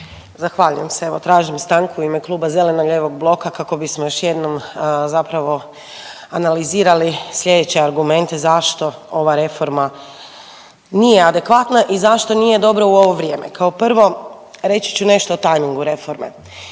Zahvaljujem se. Evo tražim stanku u ime Kluba zeleno-lijevog bloka kako bismo još jednom zapravo analizirali sljedeće argumente zašto ova reforma nije adekvatna i zašto nije dobra u ovo vrijeme. Kao prvo reći ću nešto o tajmingu reforme.